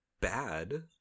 bad